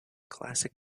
classic